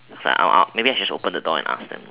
it's like oh oh maybe I should just open the door and ask them